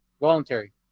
voluntary